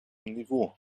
niveau